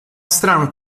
strano